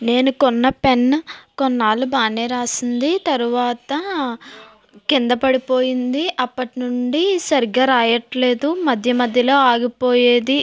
నేను కొన్నపెన్ను కొన్నాళ్ళు బాగానే వ్రాసింది తరువాత కిందపడిపోయింది అప్పటి నుండి సరిగ్గా వ్రాయట్లేదు మధ్య మధ్యలో ఆగిపోయేది